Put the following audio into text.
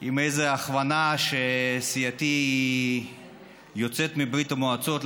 עם איזו הכוונה שסיעתי היא יוצאת ברית המועצות,